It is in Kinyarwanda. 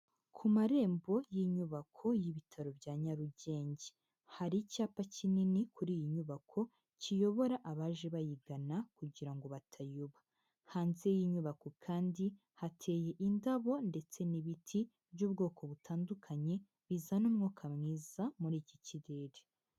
Ku marembo y'inyubako y'ibitaro bya Nyarugenge, hari icyapa kinini kuri iyi nyubako kiyobora abaje bayigana kugira ngo batayoba, hanze y'inyubako kandi hateye indabo ndetse n'ibiti by'ubwoko butandukanye bizana umwuka mwiza muri iki kirere.